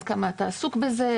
עד כמה אתה עסוק בזה,